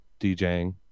DJing